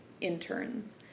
interns